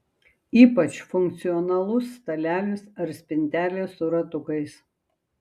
ypač funkcionalus stalelis ar spintelė su ratukais